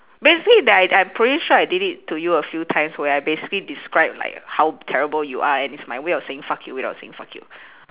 basically that I I pretty sure I did it to you a few times where I basically describe like how terrible you are and it's my way of saying fuck you without saying fuck you